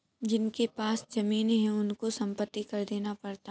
जिनके पास जमीने हैं उनको संपत्ति कर देना पड़ता है